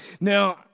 Now